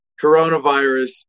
coronavirus